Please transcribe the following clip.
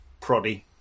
proddy